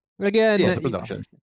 Again